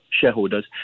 shareholders